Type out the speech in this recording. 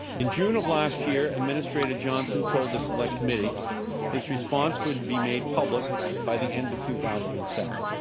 in june of last year, administrator johnson told the select committee his response would be made public by the end of two thousand and seven.